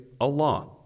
Allah